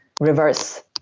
reverse